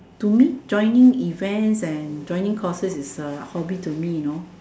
to me joining events and joining courses is a hobby to me you know